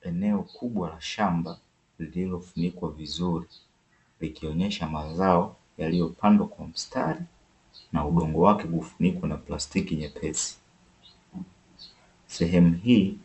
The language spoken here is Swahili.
Eneo kubwa la shamba lililofunikwa vizuri likionyesha mazao yaliopandwa kwa mstari na udongo wake kufunikwa na plastiki nyepesi, sehemu hii